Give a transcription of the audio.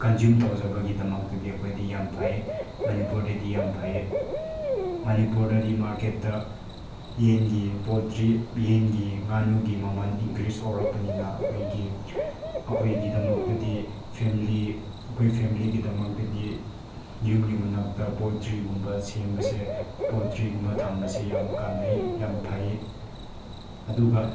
consume ꯇꯧꯖꯕꯒꯤꯗꯃꯛꯇꯗꯤ ꯑꯩꯈꯣꯏꯗꯤ ꯌꯥꯝ ꯐꯩ ꯃꯅꯤꯄꯨꯔꯗꯗꯤ ꯌꯥꯝ ꯐꯩ ꯃꯅꯤꯄꯨꯔꯗꯗꯤ ꯃꯥꯔꯀꯦꯠꯇ ꯌꯦꯟꯒꯤ ꯄꯣꯜꯇ꯭ꯔꯤ ꯌꯦꯟꯒꯤ ꯉꯥꯅꯨꯒꯤ ꯃꯃꯜ ꯏꯪꯀ꯭ꯔꯤꯁ ꯇꯧꯔꯛꯄꯅꯤꯅ ꯑꯩꯈꯣꯏꯒꯤ ꯑꯩꯈꯣꯏꯒꯤꯗꯃꯛꯇꯗꯤ ꯐꯦꯃꯤꯂꯤ ꯑꯩꯈꯣꯏ ꯐꯦꯃꯤꯂꯤꯒꯤꯗꯃꯛꯇꯗꯤ ꯌꯨꯝꯒꯤ ꯃꯅꯥꯛꯇ ꯄꯣꯜꯇ꯭ꯔꯤꯒꯨꯝꯕ ꯁꯦꯝꯕꯁꯦ ꯄꯣꯜꯇ꯭ꯔꯤꯒꯨꯝꯕ ꯊꯝꯕꯁꯦ ꯌꯥꯝ ꯀꯥꯟꯅꯩ ꯌꯥꯝ ꯐꯩ ꯑꯗꯨꯒ